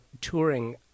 touring